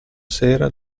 sera